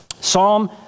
Psalm